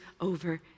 over